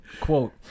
quote